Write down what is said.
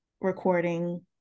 recording